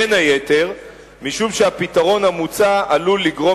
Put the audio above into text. בין היתר משום שהפתרון המוצע עלול לגרום